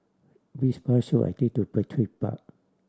which bus should I take to Petir Park